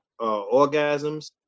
orgasms